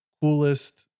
coolest